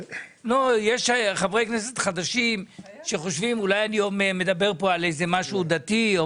יש חברי כנסת חדשים שחושבים שאולי אני מדבר פה על איזה משהו דתי.